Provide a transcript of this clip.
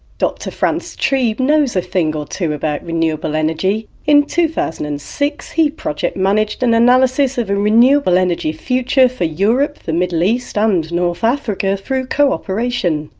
dr franz trieb knows a thing or two about renewable energy in two thousand and six he project managed an analysis of a renewable energy future for europe, the middle east and north africa through cooperation.